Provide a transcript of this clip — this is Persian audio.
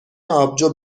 آبجو